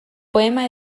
poema